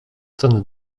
ten